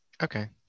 Okay